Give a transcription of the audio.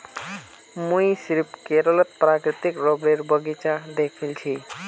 मुई सिर्फ केरलत प्राकृतिक रबरेर बगीचा दखिल छि